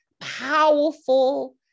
powerful